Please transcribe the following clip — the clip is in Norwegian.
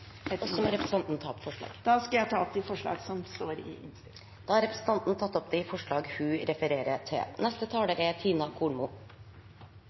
Representanten må ta opp forslag. Jeg tar opp de forslagene i innstillingen som SV har alene. Representanten Karin Andersen har tatt opp de forslagene hun refererte til.